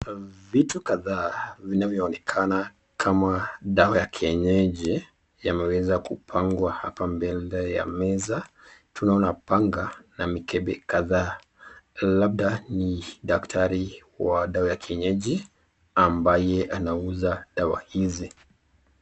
Vitu kadhaa vinavyoonekana kama dawa ya kienyeji yameweza kupangwa hapa mbele ya meza. Tunaona panga na mikebe kadhaa labda ni daktari wa dawa ya kienyeji ambaye anauza dawa hizi.